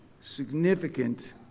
significant